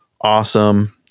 awesome